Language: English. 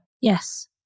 Yes